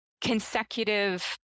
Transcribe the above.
consecutive